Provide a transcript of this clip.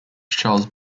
charles